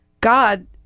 God